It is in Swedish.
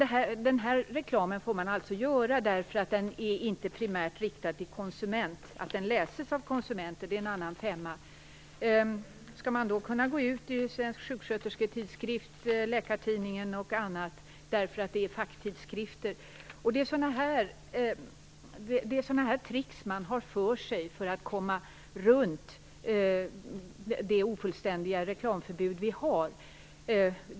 Sådan reklam får man göra eftersom den inte primärt är riktad till konsumenter. Att den läses av konsumenter är en annan femma. Skall man då kunna gå ut i t.ex. sjuksköterskornas tidskrift och Läkartidningen, eftersom de är facktidskrifter? Det är sådana här tricks man gör för att komma runt det ofullständiga reklamförbud som vi har.